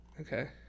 Okay